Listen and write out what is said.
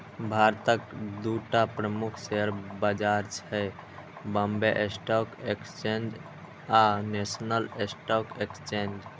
भारतक दूटा प्रमुख शेयर बाजार छै, बांबे स्टॉक एक्सचेंज आ नेशनल स्टॉक एक्सचेंज